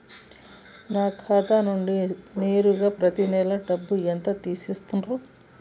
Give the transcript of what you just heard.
నా ఖాతా నుండి నేరుగా పత్తి నెల డబ్బు ఎంత తీసేశిర్రు?